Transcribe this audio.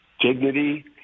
dignity